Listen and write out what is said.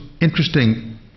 interesting